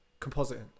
compositing